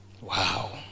wow